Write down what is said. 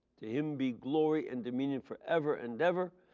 to him be glory and dominion forever and ever.